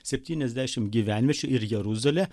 septyniasdešimt gyvenviečių ir jeruzalę